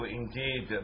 indeed